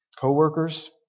co-workers